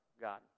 God